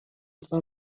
لطفا